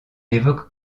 évoque